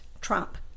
Trump